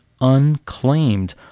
unclaimed